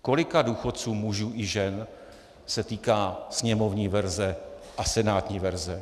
Kolika důchodců, mužů i žen, se týká sněmovní verze a senátní verze?